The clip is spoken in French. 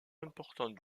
important